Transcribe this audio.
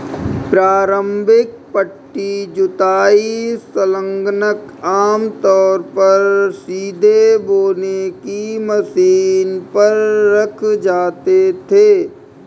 प्रारंभिक पट्टी जुताई संलग्नक आमतौर पर सीधे बोने की मशीन पर रखे जाते थे